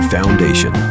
Foundation